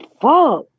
fuck